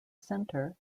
centre